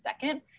second